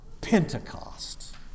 Pentecost